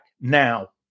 now